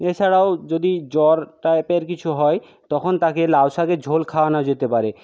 এছাড়াও যদি জ্বর টাইপের কিছু হয় তখন তাকে লাউ শাকের ঝোল খাওয়ানো যেতে পারে